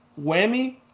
whammy